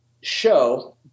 show